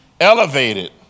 elevated